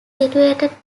situated